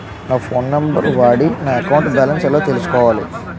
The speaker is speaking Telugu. నా ఫోన్ నంబర్ వాడి నా అకౌంట్ బాలన్స్ ఎలా తెలుసుకోవాలి?